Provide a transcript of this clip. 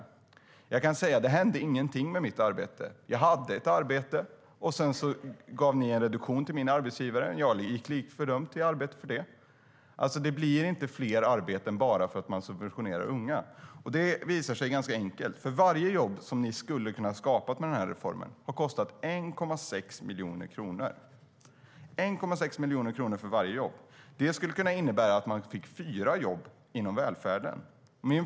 Jag kan säga att det hände ingenting med mitt arbete. Jag hade ett arbete, och sedan gav ni en reduktion till min arbetsgivare. Jag gick lik förbaskat till arbetet ändå. Det blir inte fler arbeten bara för att man subventionerar unga. Det är enkelt: Varje jobb som ni skulle ha kunnat skapa med reformen har kostat 1,6 miljoner kronor. 1,6 miljoner kronor för varje jobb skulle innebära fyra jobb inom välfärden.